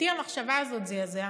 אותי המחשבה הזאת זעזעה.